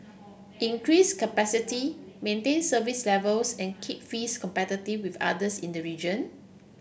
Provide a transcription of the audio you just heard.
increase capacity maintain service levels and keep fees competitive with others in the region